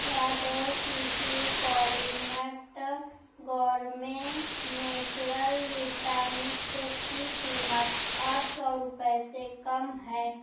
کیا دو شیشی کوالینٹ گورمے نیچرل ویٹامکس کی قیمت آٹھ سو روپیے سے کم ہے